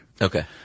Okay